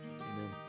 Amen